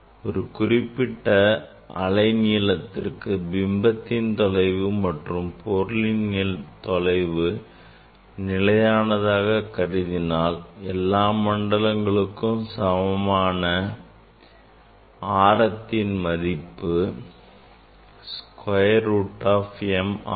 ஒரு குறிப்பிட்ட அலை நீளத்திற்கு பிம்ப தொலைவு மற்றும் பொருள் தொலைவை நிலையானதாக கருதினால் எல்லாம் மண்டலங்களுக்கும் சமமான ஆரத்தின் மதிப்பு square root of m ஆகும்